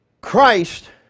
Christ